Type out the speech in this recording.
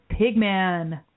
Pigman